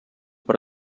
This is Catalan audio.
per